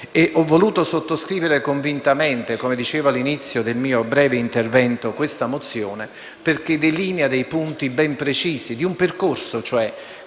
Ho voluto sottoscrivere convintamente - come dicevo all'inizio del mio breve intervento - questa mozione, perché essa delinea dei punti ben precisi di un percorso che